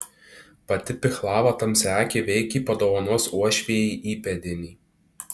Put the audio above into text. pati pihlava tamsiaakė veikiai padovanos uošvijai įpėdinį